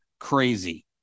Crazy